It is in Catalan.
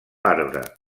arbre